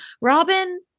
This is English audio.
Robin